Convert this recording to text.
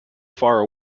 far